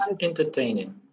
entertaining